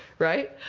right?